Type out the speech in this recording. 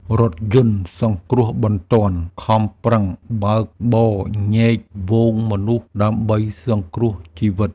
រថយន្តសង្គ្រោះបន្ទាន់ខំប្រឹងបើកបរញែកហ្វូងមនុស្សដើម្បីសង្គ្រោះជីវិត។